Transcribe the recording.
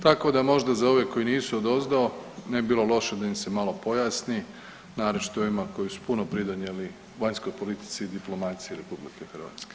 Tako da možda za ove koji nisu odozdo ne bi bilo loše da im se malo pojasni, naročito ovima koji su puno pridonijeli vanjskoj politici i diplomaciji RH.